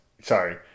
Sorry